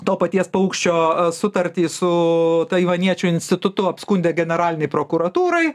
to paties paukščio sutartį su taivaniečių institutu apskundė generalinei prokuratūrai